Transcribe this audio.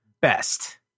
best